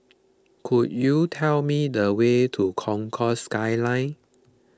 could you tell me the way to Concourse Skyline